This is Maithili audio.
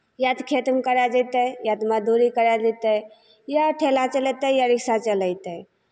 या तऽ खेतमे करऽ जैतै या तऽ मजदूरी करऽ जैतै या ठेला चलैतै या रिक्सा चलैतै